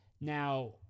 Now